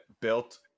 built